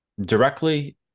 directly